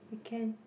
we can